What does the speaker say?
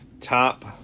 top